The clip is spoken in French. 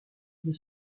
des